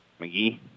McGee